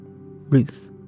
Ruth